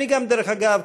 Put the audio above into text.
דרך אגב,